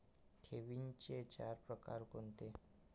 ठेवींचे चार प्रकार कोणते?